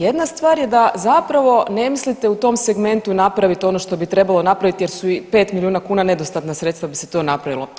Jedna stvar je da zapravo ne mislite u tom segmentu napraviti ono što bi trebao napraviti jer su i 5 milijuna kuna nedostatna sredstva da bi se to napravilo.